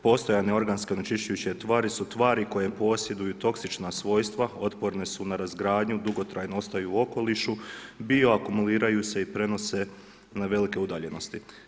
Postojanje organske onečišćujuće tvari su tvari koje posjeduju toksična svojstva, otporne su na razgradnju, dugotrajno ostaju u okolišu, bioakumuliraju se i prenose na velike udaljenosti.